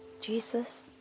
Jesus